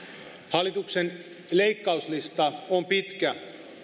hallituksen leikkauslista on pitkä